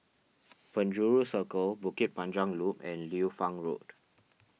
Penjuru Circle Bukit Panjang Loop and Liu Fang Road